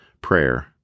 prayer